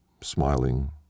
smiling